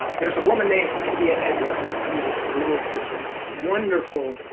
there's a woman named india edwards. who's who is this wonderful?